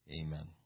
Amen